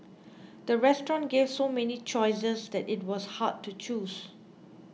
the restaurant gave so many choices that it was hard to choose